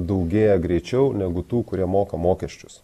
daugėja greičiau negu tų kurie moka mokesčius